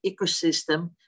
ecosystem